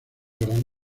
gran